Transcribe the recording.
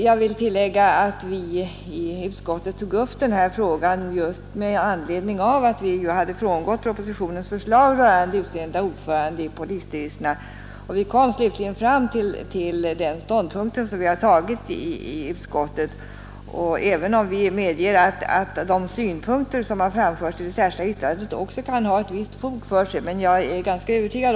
Jag vill tillägga att vi i utskottet tog upp denna fråga just med anledning av att vi hade frångått propositionens förslag rörande utseende av ordförande i polisstyrelserna. Vi kom slutligen fram till den ståndpunkt som vi har intagit i utskottet, även om vi medger att de synpunkter som har framförts i det särskilda yttrandet också kan ha ett visst fog för sig.